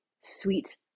sweet